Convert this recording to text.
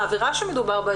העבירה שמדובר בה,